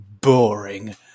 boring